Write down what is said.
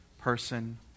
person